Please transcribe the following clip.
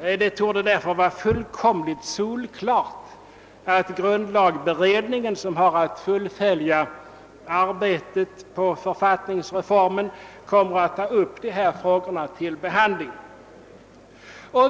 Det torde därför vara fullkomligt solklart, att grundlagberedningen, som har att fullfölja arbetet på författningsreformen, kommer att ta upp frågan till behandling.